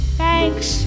thanks